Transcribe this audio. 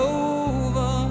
over